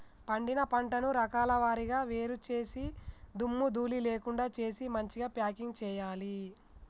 పండిన పంటను రకాల వారీగా వేరు చేసి దుమ్ము ధూళి లేకుండా చేసి మంచిగ ప్యాకింగ్ చేయాలి